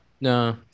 No